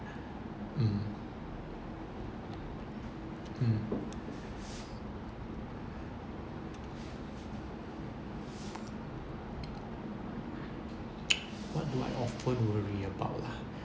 mm mm what do I offer to about lah